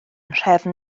nhrefn